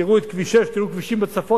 תראו את כביש 6, תראו כבישים בצפון.